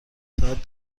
ساعت